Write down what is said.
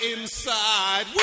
inside